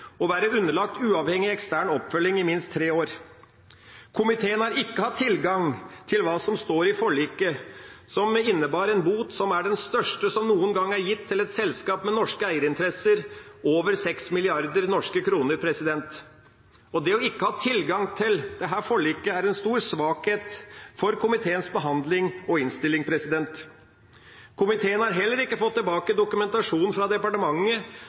og være underlagt uavhengig og ekstern oppfølging i minst tre år. Komiteen har ikke hatt tilgang til hva som står i forliket, som innebar en bot som er den største som noen gang er gitt til et selskap med norske eierinteresser, over 6 mrd. norske kroner. Det ikke å ha tilgang til dette forliket er en stor svakhet for komiteens behandling og innstilling. Komiteen har heller ikke fått tilbake dokumentasjonen fra departementet